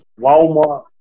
Walmart